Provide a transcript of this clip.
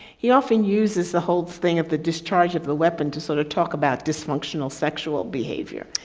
he often uses the whole thing of the discharge of a weapon to sort of talk about dysfunctional sexual behavior.